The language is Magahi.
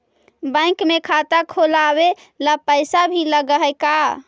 बैंक में खाता खोलाबे ल पैसा भी लग है का?